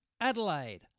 Adelaide